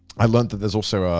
i learned that there's also,